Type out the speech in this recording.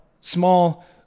small